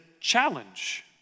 challenge